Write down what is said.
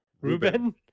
Ruben